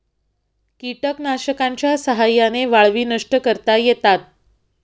कीटकनाशकांच्या साह्याने वाळवी नष्ट करता येतात